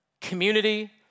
community